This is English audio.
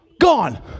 gone